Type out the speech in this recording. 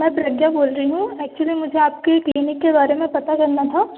मैं प्रज्ञा बोल रही हूँ एक्चुली मुझे आपकी क्लीनिक के बारे में पता करना था